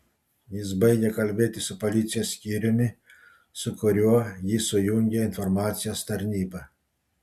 jis baigė kalbėti su policijos skyriumi su kuriuo jį sujungė informacijos tarnyba